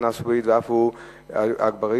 חנא סוייד ועפו אגבאריה,